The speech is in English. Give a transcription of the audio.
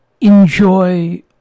enjoy